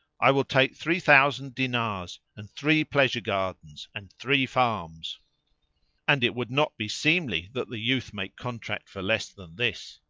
i will take three thousand dinars and three pleasure gardens and three farms and it would not be seemly that the youth make contract for less than this.